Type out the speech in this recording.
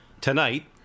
tonight